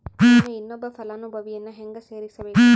ನಾನು ಇನ್ನೊಬ್ಬ ಫಲಾನುಭವಿಯನ್ನು ಹೆಂಗ ಸೇರಿಸಬೇಕು?